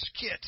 kit